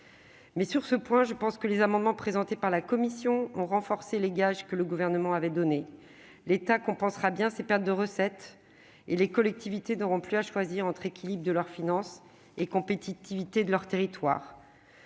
Mais sur ce point, je crois que les amendements présentés par la commission des finances ont renforcé les gages que le Gouvernement avait donnés. L'État compensera bien ces pertes de recettes, et les collectivités n'auront plus à choisir entre équilibre de leurs finances et compétitivité de leur territoire.